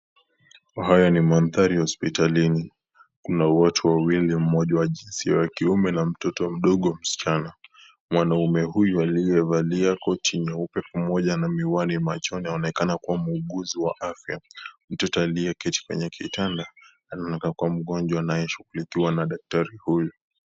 Haya ni mandhari ya hospitalini. Mna watu wawili, mmoja wa jinsia ya kiume mmoja ni mtoto mdogo msichana. Mwanaume huyu aliyevalia koti nyeupe pamoja na miwani machoni, anaonekana kuwa muuguzi wa afya. Mtoto aliyeketi kwenye kitanda anaonekana kuwa mgonjwa anayeshughulikiwa na daktari huyu.